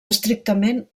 estrictament